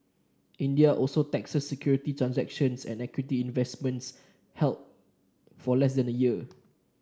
India also taxes securities transactions and equity investments held for less than a year